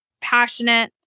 passionate